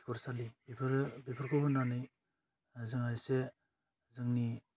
खिखर सालि बेफोरो बेफोरखौ होनानै जोङो इसे जोंनि